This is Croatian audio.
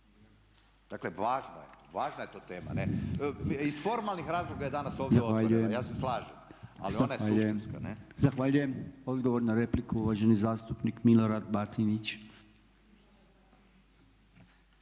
Dakle, važna je to tema. Iz formalnih razloga je danas ovdje otvoreno, ja se slažem ali ona je suštinska. **Podolnjak, Robert (MOST)** Zahvaljujem. Odgovor na repliku uvaženi zastupnik Milorad Batinić.